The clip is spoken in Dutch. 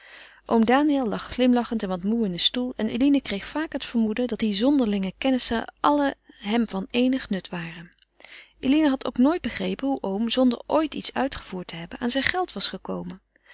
oom daniël lag glimlachend en wat moê in een stoel en eline kreeg vaak het vermoeden dat die zonderlinge kennissen allen hem van eenig nut waren eline had ook nooit begrepen hoe oom zonder ooit iets uitgevoerd te hebben aan zijn geld was gekomen